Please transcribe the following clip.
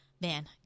man